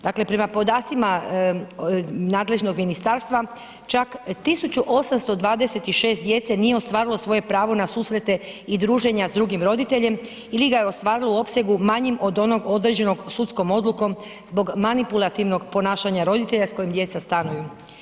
Dakle prema podacima nadležnog ministarstva čak 1826 djece nije ostvarilo svoje pravo na susrete i druženja sa drugim roditeljem ili ga je ostvarilo u opsegu manjim od onog određenog sudskom odlukom zbog manipulativnog ponašanja roditelja s kojim djeca stanuju.